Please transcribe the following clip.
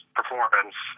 performance